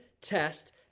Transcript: test